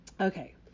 Okay